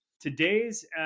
Today's